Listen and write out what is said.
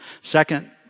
Second